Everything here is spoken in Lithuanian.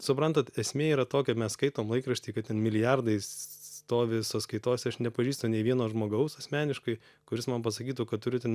suprantat esmė yra tokia mes skaitom laikrašty kad ten milijardai stovi sąskaitose aš nepažįstu nei vieno žmogaus asmeniškai kuris man pasakytų kad turiu ten